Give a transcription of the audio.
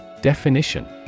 Definition